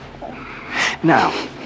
Now